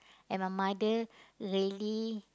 and my mother really